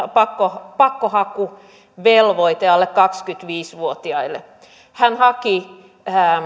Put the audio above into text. on pakkohakuvelvoite alle kaksikymmentäviisi vuotiaille hän haki